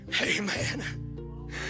Amen